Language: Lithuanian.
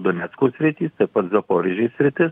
donecko sritys taip pat zaporožės sritis